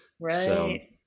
Right